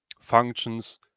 functions